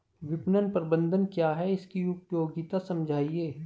विपणन प्रबंधन क्या है इसकी उपयोगिता समझाइए?